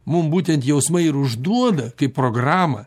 mum būtent jausmai ir užduoda kaip programą